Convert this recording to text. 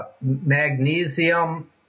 Magnesium